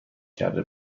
کرده